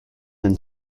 and